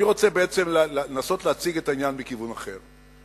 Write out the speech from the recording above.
אני רוצה בעצם לנסות להציג את העניין מכיוון אחר,